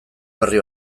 berri